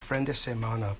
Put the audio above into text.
friendesemana